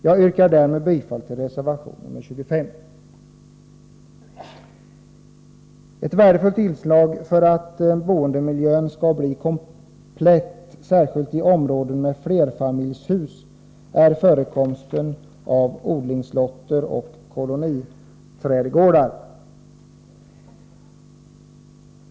Jag yrkar därmed bifall till reservation 25. Ett värdefullt inslag för att boendemiljön skall bli komplett, särskilt i områden med flerfamiljshus, är förekomsten av odlingslotter och koloniträdgårdar.